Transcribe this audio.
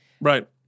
Right